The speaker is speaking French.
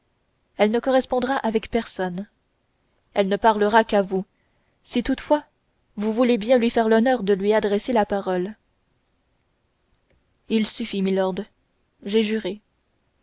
elle ne correspondra avec personne elle ne parlera qu'à vous si toutefois vous voulez bien lui faire l'honneur de lui adresser la parole il suffit milord j'ai juré